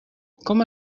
com